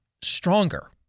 stronger